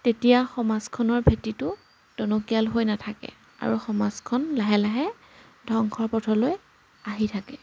তেতিয়া সমাজখনৰ ভেঁটিটো টনকিয়াল হৈ নাথাকে আৰু সমাজখন লাহে লাহে ধ্ৱংসৰ পথলৈ আহি থাকে